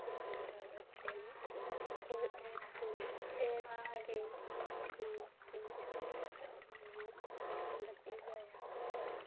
ꯆꯦꯟꯒꯗꯕ train for eight two ꯑꯩꯠꯀꯤ ꯏꯁꯇꯦꯇꯁ ꯑꯗꯨ ꯅꯍꯥꯛꯅ ꯑꯩꯉꯣꯟꯗ ꯄꯤꯕ ꯌꯥꯒꯗ꯭ꯔꯥ